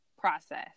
process